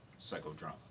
Psychodrama